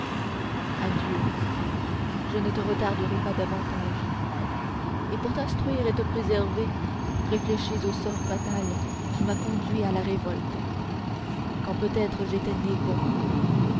adieu je ne te retarderai pas davantage et pour t'instruire et te préserver réfléchis au sort fatal qui m'a conduit à la révolte quand peut-être j'étais né bon